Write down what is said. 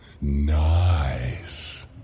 Nice